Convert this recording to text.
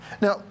Now